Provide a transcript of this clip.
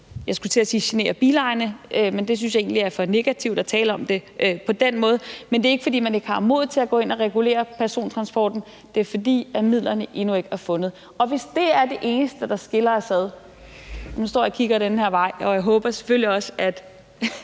– skulle jeg til at sige, men jeg synes egentlig, det er for negativt, at tale om det på den måde. Men det er ikke, fordi man ikke har modet til at gå ind og regulere persontransporten. Det er, fordi midlerne endnu ikke er fundet. Og hvis det er det eneste, der skiller os ad – nu står jeg og kigger den her vej, og jeg håber selvfølgelig også, at